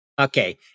Okay